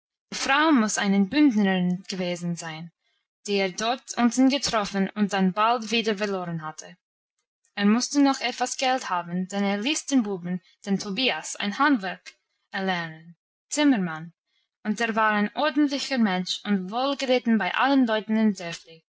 frau muss eine bündnerin gewesen sein die er dort unten getroffen und dann bald wieder verloren hatte er musste noch etwas geld haben denn er ließ den buben den tobias ein handwerk erlernen zimmermann und der war ein ordentlicher mensch und wohlgelitten bei allen leuten im